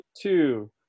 two